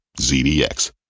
ZDX